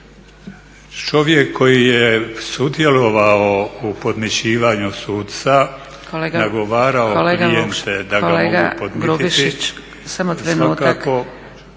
Čovjek koji je sudjelovao u podmićivanju suca, nagovarao klijente da mogu podmititi…